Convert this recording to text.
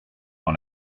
dans